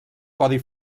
codi